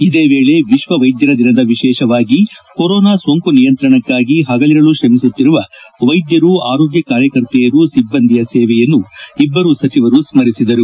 ಇದೇ ವೇಳೆ ವಿಶ್ವ ವೈದ್ಧರ ದಿನದ ವಿಶೇಷವಾಗಿ ಕೊರೋನಾ ಸೋಂಕು ನಿಯಂತ್ರಣಕ್ಕಾಗಿ ಹಗಲಿರುಳು ಶ್ರಮಿಸುತ್ತಿರುವ ವೈದ್ಧರು ಆರೋಗ್ಯ ಕಾರ್ಯಕರ್ತೆಯರು ಸಿಬ್ಬಂದಿಯ ಸೇವೆಯನ್ನು ಇಬ್ಬರು ಸಚಿವರು ಸ್ಪರಿಸಿದರು